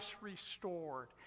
restored